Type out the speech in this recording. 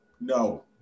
no